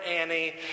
Annie